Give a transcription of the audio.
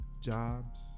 jobs